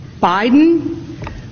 Biden